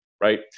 right